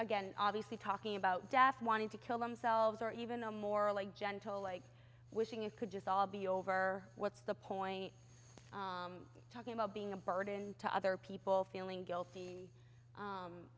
again obviously talking about death wanting to kill themselves or even a morally gentle like wishing it could just all be over what's the point talking about being a burden to other people feeling guilty